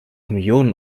millionen